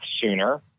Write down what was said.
sooner